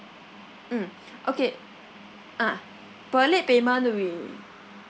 mm okay ah per late payment we